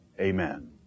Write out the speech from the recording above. Amen